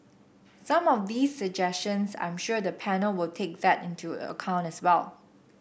some of these suggestions I'm sure the panel will take that into account as well